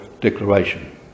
Declaration